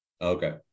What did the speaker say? Okay